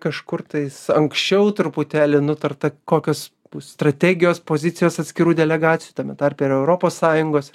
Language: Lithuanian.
kažkur tais anksčiau truputėlį nutarta kokios bus strategijos pozicijos atskirų delegacijų tame tarpe ir europos sąjungos